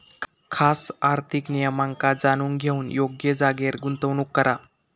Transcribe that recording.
खास आर्थिक नियमांका जाणून घेऊन योग्य जागेर गुंतवणूक करा